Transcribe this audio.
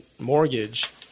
mortgage